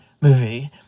movie